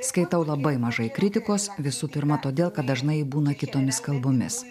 skaitau labai mažai kritikos visų pirma todėl kad dažnai būna kitomis kalbomis